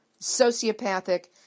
sociopathic